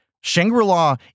Shangri-La